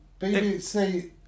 BBC